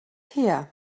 here